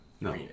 No